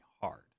hard